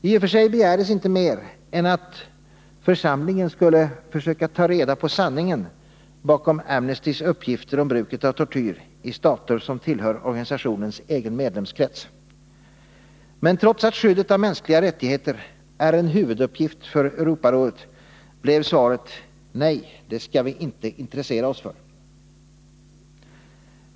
I och för sig begärdes inte mer än att församlingen skulle försöka ta reda på sanningen bakom Amnestys uppgifter om bruket av tortyr i stater som tillhör organisationens egen medlemskrets. Men trots att skyddet av mänskliga rättigheter är en huvuduppgift för Europarådet blev svaret: Nej, det skall vi inte intressera oss för!